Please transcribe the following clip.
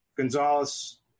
Gonzalez